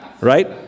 Right